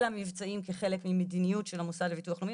אלא מבצעים כחלק ממדיניות של המוסד לביטוח לאומי,